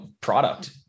product